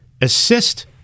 assist